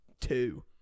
two